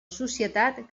societat